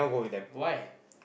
why